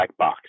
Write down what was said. Blackbox